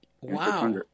Wow